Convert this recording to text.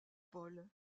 paul